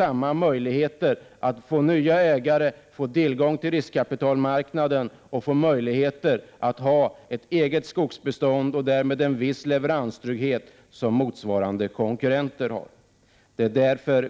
samma möjligheter att få nya ägare, tillgång till riskkapital och möjlighet att ha ett eget skogsbestånd och därmed en viss leveranstrygghet som motsvarande konkurrenter har.